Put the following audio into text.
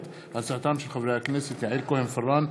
בהצעתם של חברי הכנסת יעל כהן-פארן,